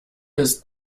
ist